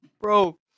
Bro